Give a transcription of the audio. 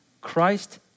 Christ